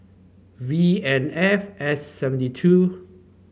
V N F S seven two